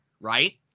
right